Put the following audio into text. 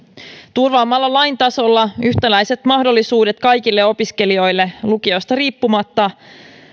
turvaamalla lain tasolla yhtäläiset mahdollisuudet kaikille opiskelijoille lukiosta riippumatta